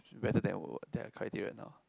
better than their criteria now